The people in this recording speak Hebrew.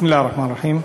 בסם אללה א-רחמאן א-רחים.